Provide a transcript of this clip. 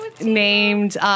named